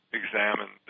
examine